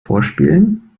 vorspielen